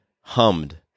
hummed